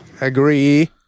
Agree